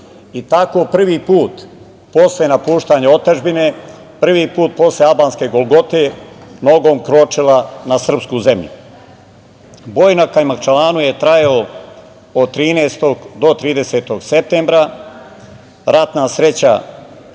i tako prvi put posle napuštanja otadžbine, prvi put posle albanske golgote, nogom kročila na srpsku zemlju. Boj na Kajmakčalanu je trajao od 13. do 30. septembra, ratna sreća